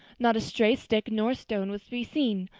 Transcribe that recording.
not a stray stick nor stone was to be seen,